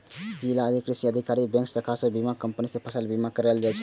जिलाक कृषि अधिकारी, बैंकक शाखा आ बीमा कंपनी सं फसल बीमा कराएल जा सकैए